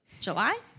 July